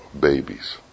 babies